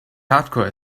hardcore